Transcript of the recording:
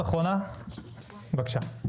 בבקשה.